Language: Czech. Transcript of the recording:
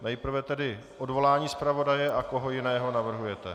Nejprve tedy odvolání zpravodaje a koho jiného navrhujete.